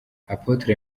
apotre